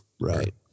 right